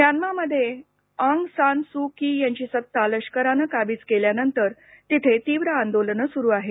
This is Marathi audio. म्यान्मा म्यान्मा मध्ये आंग सान सू की यांची सत्ता लष्करानं काबीज केल्यानंतर तिथे तीव्र आंदोलनं सुरू आहेत